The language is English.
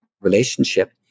relationship